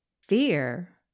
fear